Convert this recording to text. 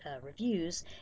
reviews